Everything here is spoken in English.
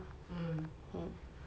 mmhmm